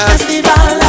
Festival